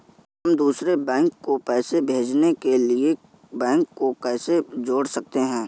हम दूसरे बैंक को पैसे भेजने के लिए बैंक को कैसे जोड़ सकते हैं?